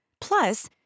Plus